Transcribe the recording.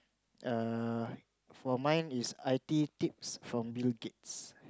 uh for mine is I_T tips from Bill-Gates